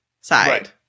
side